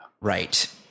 Right